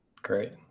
Great